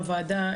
מהוועדה,